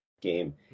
game